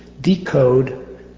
decode